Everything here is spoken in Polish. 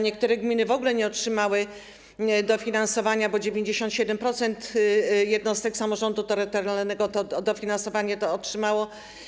Niektóre gminy w ogóle nie otrzymały dofinansowania, bo 97% jednostek samorządu terytorialnego to dofinansowanie otrzymało.